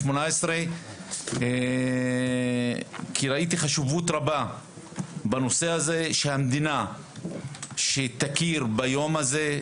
כי ראיתי חשיבות רבה בנושא הזה שהמדינה שתכיר ביום הזה,